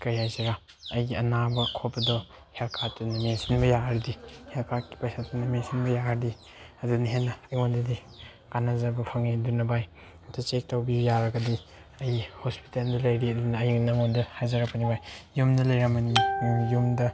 ꯀꯩ ꯍꯥꯏꯁꯤꯔ ꯑꯩꯒꯤ ꯑꯅꯥꯕ ꯈꯣꯠꯄꯗꯣ ꯍꯦꯜ ꯀꯥꯔꯠꯇꯨꯅ ꯃꯦꯟꯁꯤꯟꯕ ꯌꯥꯔꯗꯤ ꯍꯦꯜ ꯀꯥꯔꯠꯀꯤ ꯄꯩꯁꯥꯗꯨꯅ ꯃꯦꯟꯁꯤꯟꯕ ꯌꯥꯔꯗꯤ ꯑꯗꯨꯅ ꯍꯦꯟꯅ ꯑꯩꯉꯣꯟꯗꯗꯤ ꯀꯥꯟꯅꯖꯕ ꯐꯪꯏ ꯑꯗꯨꯅ ꯚꯥꯏ ꯑꯝꯇ ꯆꯦꯛ ꯇꯧꯕꯤꯌꯨ ꯌꯥꯔꯒꯗꯤ ꯑꯩ ꯍꯣꯁꯄꯤꯇꯦꯟꯗ ꯂꯩꯔꯤ ꯑꯗꯨꯅ ꯑꯩ ꯅꯉꯣꯟꯗ ꯍꯥꯏꯖꯔꯛꯄꯅꯦ ꯚꯥꯏ ꯌꯨꯝꯗ ꯂꯩꯔꯝꯃꯗꯤ ꯌꯨꯝꯗ